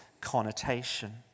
connotation